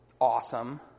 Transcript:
awesome